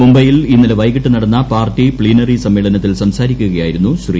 മുംബൈയിൽ ഇന്നലെ വൈകിട്ട് നൂട്ടുന്ന പ്പാർട്ടി പ്തീനറി സമ്മേളനത്തിൽ സംസാരിക്കുകയായിരുന്നു ശ്രീ